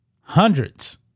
hundreds